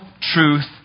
truth